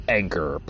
anchor